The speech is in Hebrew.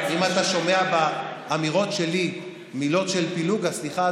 אם אתה שומע באמירות שלי מילים של פילוג אז סליחה,